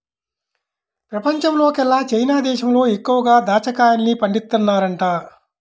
పెపంచంలోకెల్లా చైనా దేశంలో ఎక్కువగా దాచ్చా కాయల్ని పండిత్తన్నారంట